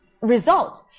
result